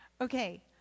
Okay